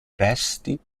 resti